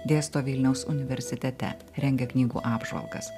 dėsto vilniaus universitete rengia knygų apžvalgas